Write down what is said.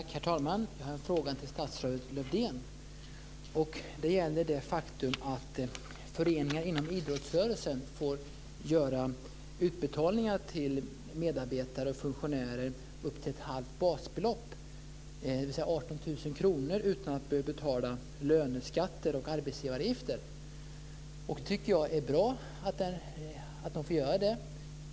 Herr talman! Jag har en fråga till statsrådet Lövdén. Den gäller det faktum att föreningar inom idrottsrörelsen får göra utbetalningar till medarbetare och funktionärer upp till ett halvt basbelopp, dvs. 18 000 kr utan att behöva betala löneskatter och arbetsgivaravgifter, och det tycker jag är bra att de får göra.